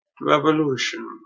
revolution